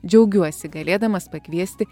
džiaugiuosi galėdamas pakviesti